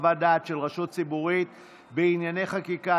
חוות דעת של רשות ציבורית בענייני חקיקה),